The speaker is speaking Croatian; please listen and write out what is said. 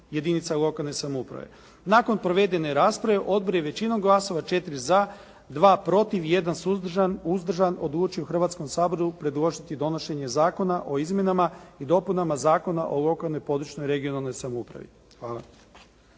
jedinica lokalne samouprave. Nakon provedene rasprave odbor je većinom glasova; 4 za, 2 protiv i 1 suzdržan, uzdržan odlučio Hrvatskom saboru predložiti donošenje Zakona o izmjenama i dopunama Zakona o lokalnoj, područnoj i regionalnoj samoupravi. Hvala.